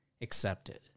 accepted